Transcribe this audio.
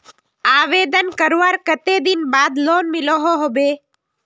आवेदन करवार कते दिन बाद लोन मिलोहो होबे?